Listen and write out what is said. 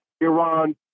Iran